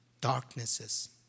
darknesses